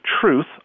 truth